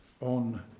on